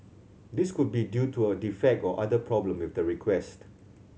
this could be due to a defect or other problem with the request